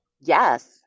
Yes